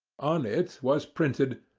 on it was printed,